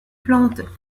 plante